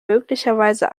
möglicherweise